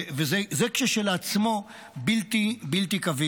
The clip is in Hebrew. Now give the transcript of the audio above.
זה כשלעצמו בלתי קביל.